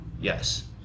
Yes